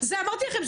זה אמרתי לכם,